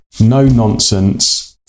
no-nonsense